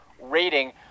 rating